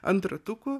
ant ratukų